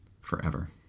forever